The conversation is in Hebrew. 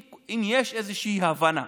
אם יש איזושהי הבנה